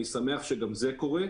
אני שמח שגם זה קורה.